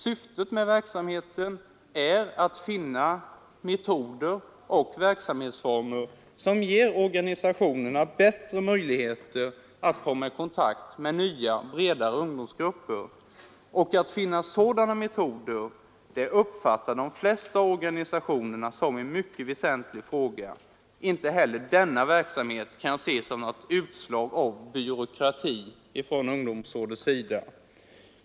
Syftet med verksamheten är att finna metoder och verksamhetsformer som ger organisationerna bättre möjligheter att komma i kontakt med nya bredare ungdomsgrupper. Att finna sådana metoder uppfattar de flesta organisationer som en mycket väsentlig fråga. Inte heller denna verksamhet kan ses som något utslag av byråkrati från ungdomsrådets sida.